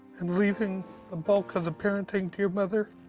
and leaving the bulk of the parenting to your mother.